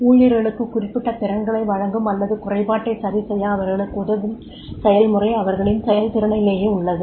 ஊழியர்களுக்கு குறிப்பிட்ட திறன்களை வழங்கும் அல்லது குறைபாட்டை சரிசெய்ய அவர்களுக்கு உதவும் செயல்முறை அவர்களின் செயல்திறனிலேயே உள்ளது